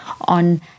on